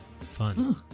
Fun